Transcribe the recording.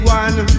one